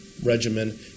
Regimen